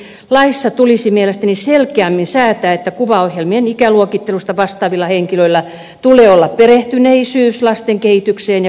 laissa tulisi mielestäni selkeämmin säätää että kuvaohjelmien ikäluokittelusta vastaavilla henkilöillä tulee olla perehtyneisyys lasten kehitykseen ja kuvalliseen viestintään